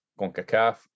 CONCACAF